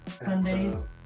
Sundays